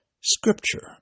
Scripture